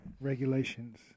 regulations